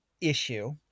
issue